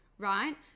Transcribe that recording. right